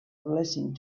blessing